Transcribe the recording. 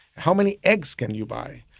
how many eggs can you buy?